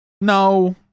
no